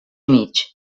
mig